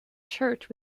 church